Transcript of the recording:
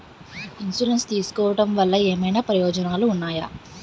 Insurance తీసుకోవటం వల్ల ఏమైనా ప్రయోజనాలు ఉన్నాయా?